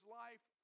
life